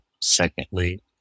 Secondly